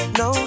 no